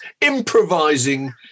improvising